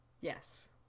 Yes